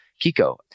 Kiko